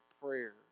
prayer